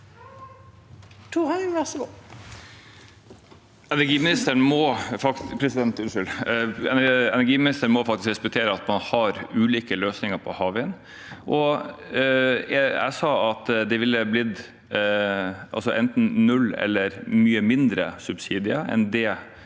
Energimi- nisteren må faktisk respektere at man har ulike løsninger for havvind. Jeg sa at det ville ha blitt enten null eller mye mindre subsidier enn det